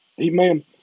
Amen